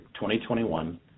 2021